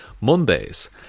Mondays